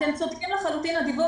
אתם צודקים לחלוטין, הדיווח